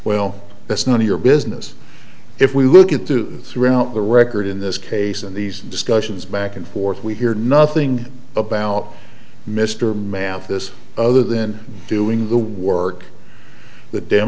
well that's none of your business if we look at the throughout the record in this case and these discussions back and forth we hear nothing about mr mathis other than doing the work th